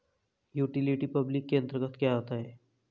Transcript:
Utility public के अंतर्गत क्या आता है?